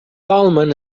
dolmen